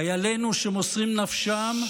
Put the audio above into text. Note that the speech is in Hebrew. חיילינו, שמוסרים את נפשם,